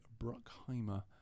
Bruckheimer